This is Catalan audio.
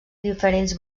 diferents